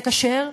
זה כשר,